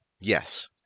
Yes